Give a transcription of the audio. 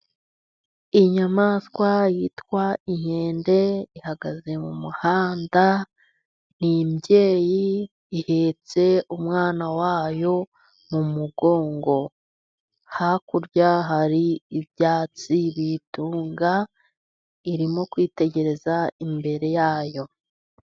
Inyamaswa yitwa inkende, ihagaze mu muhanda ni imbyeyi ihetse umwana wayo mu mugongo, hakurya hari ibyatsi bitunga, irimo kwitegereza imbere yayo.